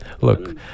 Look